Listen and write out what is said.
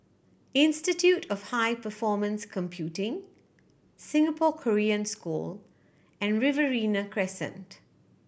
Institute of High Performance Computing Singapore Korean School and Riverina Crescent